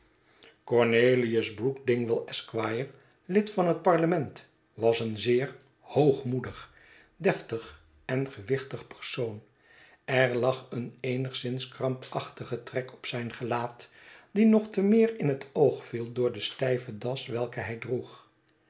cornelius brook dingwall esq lid van het parlement was een zeer hoogmoedig deftig en gewichtig persoon er lag een eenigszins krampaehtige trek op zijn gelaat die nog te meer in het oog viel door de stijve das welke hij droeg